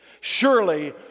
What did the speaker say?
Surely